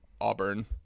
Auburn